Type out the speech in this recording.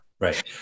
right